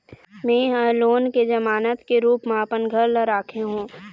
में ह लोन के जमानत के रूप म अपन घर ला राखे हों